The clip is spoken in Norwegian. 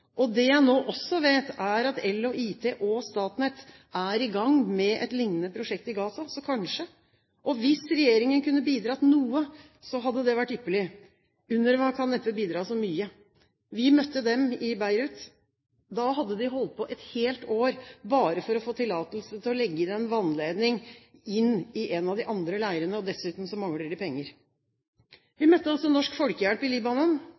flyktninger. Det jeg nå også vet, er at EL & IT og Statnett er i gang med et lignende prosjekt i Gaza – så kanskje? Hvis regjeringen kunne bidratt noe, hadde det vært ypperlig. UNRWA kan neppe bidra så mye. Vi møtte dem i Beirut. Da hadde de holdt på et helt år bare for å få tillatelse til å legge en vannledning inn i en av de andre leirene. Dessuten mangler de penger. Vi møtte også Norsk Folkehjelp i